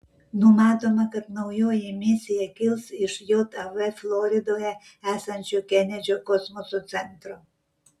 numatoma kad naujoji misija kils iš jav floridoje esančio kenedžio kosmoso centro